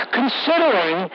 considering